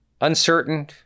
uncertain